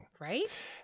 Right